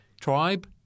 tribe